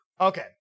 Okay